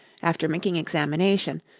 after making examination,